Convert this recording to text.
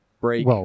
break